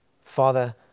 Father